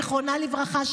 זיכרונה לברכה,